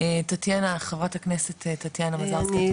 טטיאנה חברת הכנסת טטיאנה מזרסקי, את רוצה?